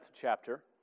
chapter